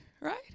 right